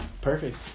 perfect